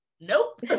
nope